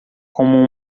como